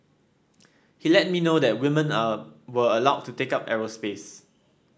he let me know that women are were allowed to take up aerospace